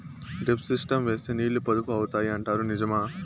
Drip system వేస్తే నీళ్లు పొదుపు అవుతాయి అంటారు నిజమా?